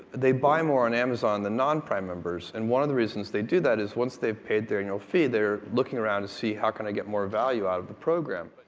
they buy more on amazon than non-prime members, and one of the reasons they do that is, once they've paid their annual fee, they're looking around to see, how can i get more value out of the program?